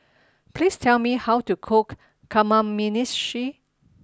please tell me how to cook Kamameshi